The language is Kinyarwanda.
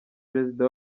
perezida